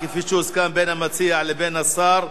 כפי שהוסכם בין המציע לבין השר,